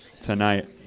tonight